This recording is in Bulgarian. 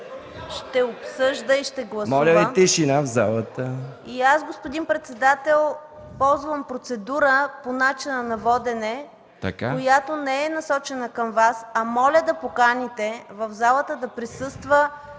се обсъжда и ще се гласува. И аз, господин председател, ползвам процедура по начина на водене, което не е насечена към Вас, а моля да поканите в залата да присъства